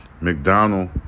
McDonald